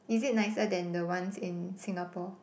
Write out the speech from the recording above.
is it nicer than the ones in Singapore